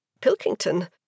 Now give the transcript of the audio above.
Pilkington